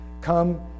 come